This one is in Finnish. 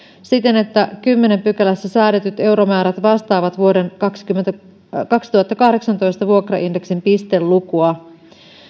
siten että kymmenennessä pykälässä säädetyt euromäärät vastaavat vuoden kaksituhattakahdeksantoista vuokraindeksin pistelukua